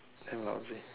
damn lousy